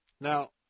Now